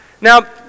Now